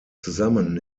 zusammen